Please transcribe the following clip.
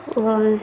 क्वन